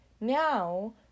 now